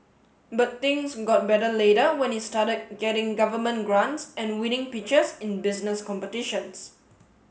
but things got better later when he started getting government grants and winning pitches in business competitions